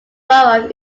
borough